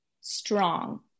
strong